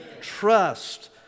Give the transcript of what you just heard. Trust